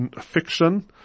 fiction